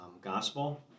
gospel